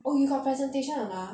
oh you got presentation or not